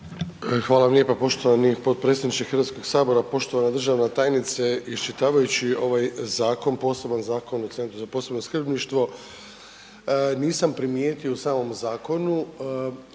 Hvala vam lijepo poštovani potpredsjedniče HS-a, poštovana državna tajnice, iščitavajući ovaj zakon, poseban Zakon o Centru za skrbništvo, nisam primijetio u samom zakonu,